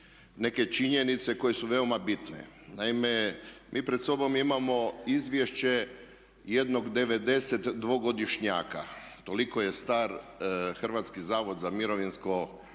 neke činjenice koje su veoma bitne. Naime, mi pred sobom imamo izvješće jednog 92 godišnjaka, toliko je star HZMO u RH i teško